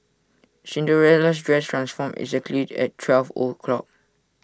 Cinderella's dress transformed exactly at twelve o'clock